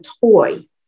toy